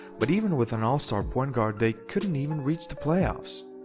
but even with an all-star point guard they couldn't even reach the playoffs.